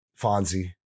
Fonzie